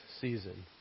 season